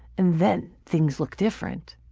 and then things look different.